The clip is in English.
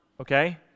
okay